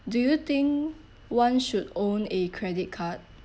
do you think one should own a credit card